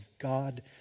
God